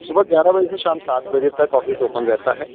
صبح گیارہ بجے سے شام سات بجے تک آفس اوپن رہتا ہے